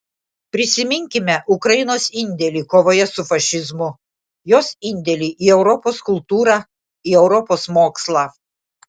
prisiminkime ukrainos indėlį kovoje su fašizmu jos indėlį į europos kultūrą į europos mokslą